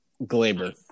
Glaber